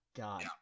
god